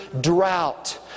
drought